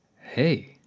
hey